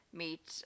meet